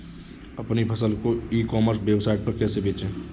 अपनी फसल को ई कॉमर्स वेबसाइट पर कैसे बेचें?